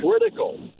critical